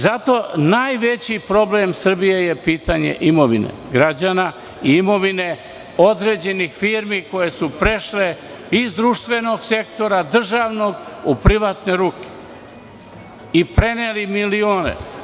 Zato je najveći problem Srbije - pitanje imovine građana i imovine određenih firmi koje su prešle iz društvenog sektora, državnog, u privatne ruke i preneli milione.